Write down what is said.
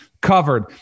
covered